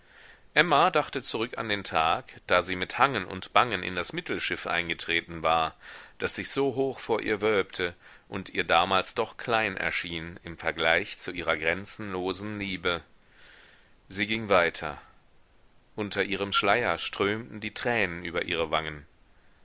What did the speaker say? emma dachte zurück an den tag da sie mit hangen und bangen in das mittelschiff eingetreten war das sich so hoch vor ihr wölbte und ihr damals doch klein erschien im vergleich zu ihrer grenzenlosen liebe sie ging weiter unter ihrem schleier strömten die tränen über ihre wangen